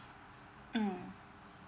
mm